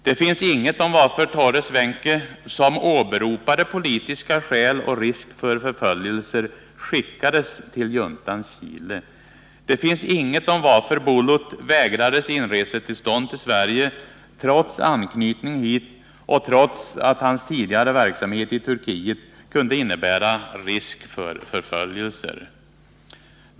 Det finns inget om varför Torres Wenche, som åberopade politiska skäl och risk för förföljelser, skickades till juntans Chile. Det finns inget om varför Bulut vägrades tillstånd till inresa i Sverige, trots anknytning hit och trots att hans tidigare verksamhet i Turkiet kunde innebära risk för förföljelser.